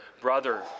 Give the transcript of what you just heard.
brother